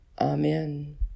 Amen